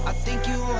ah think you,